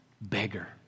beggar